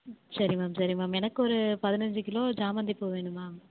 சரி மேம் சரி மேம் எனக்கு ஒரு பதினஞ்சு கிலோ சாமந்திப்பூ வேணும் மேம்